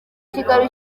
kigali